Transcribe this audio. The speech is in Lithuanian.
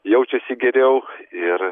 jaučiasi geriau ir